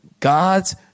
God's